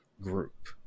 group